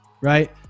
right